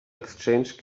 exchange